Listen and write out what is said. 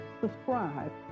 Subscribe